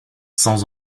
sans